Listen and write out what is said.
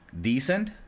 decent